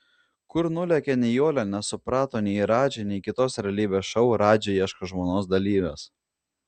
kur nulėkė nijolė nesuprato nei radži nei kitos realybės šou radži ieško žmonos dalyvės